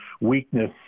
weakness